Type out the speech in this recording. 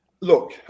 look